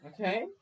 Okay